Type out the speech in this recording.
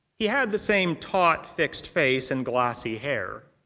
he had the same taut, fixed face and glossy hair.